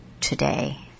today